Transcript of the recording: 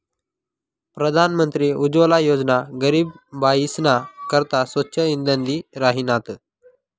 प्रधानमंत्री उज्वला योजना गरीब बायीसना करता स्वच्छ इंधन दि राहिनात